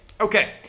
Okay